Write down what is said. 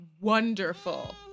wonderful